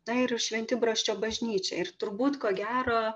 na ir šventibrasčio bažnyčia ir turbūt ko gero